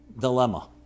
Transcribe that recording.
dilemma